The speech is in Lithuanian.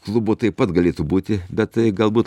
klubų taip pat galėtų būti bet galbūt